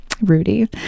rudy